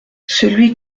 celui